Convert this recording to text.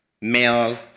male